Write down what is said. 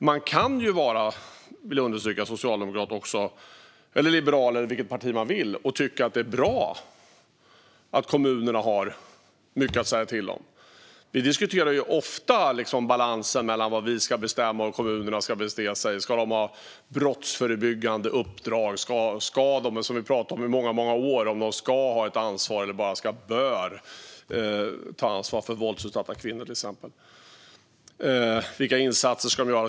Jag vill understryka att man kan vara socialdemokrat, liberal eller höra till vilket parti man vill och samtidigt tycka att det är bra att kommunerna har mycket att säga till om. Vi diskuterar ofta balansen mellan vad vi ska bestämma och vad kommunerna ska bestämma. Ska de ha brottsförebyggande uppdrag? I många år har vi pratat om huruvida de ska ha ett ansvar eller bara bör ta ansvar för våldsutsatta kvinnor, till exempel. Vilka insatser ska kommunerna göra?